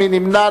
מי נמנע?